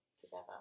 together